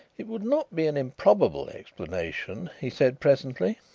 it would not be an improbable explanation, he said presently.